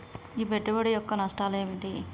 ఈ పెట్టుబడి యొక్క నష్టాలు ఏమిటి?